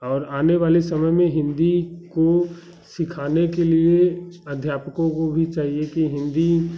और आने वाले समय में हिन्दी को सिखाने के लिए अध्यापकों को भी चाहिए की हिन्दी